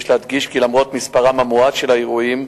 יש להדגיש כי למרות מספרם המועט של האירועים,